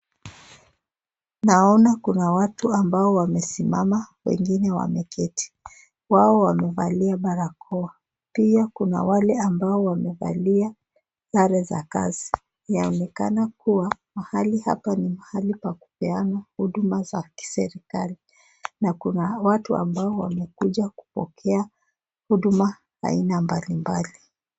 Naona kuna watu ambao wamesimama, wengine wameketi, wao wamevalia barakoa, pia kuna wale ambao wamevalia, sare za kazi, yaonelana kuwa, mahali hapa ni mahali pa kupeana huduma za kiserikali, na kuna watu ambao wamkuja kupokea, huduma, aina mbali mbali.